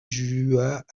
juas